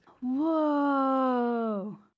Whoa